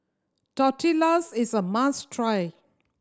tortillas is a must try